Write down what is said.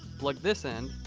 plug this end,